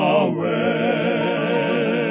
away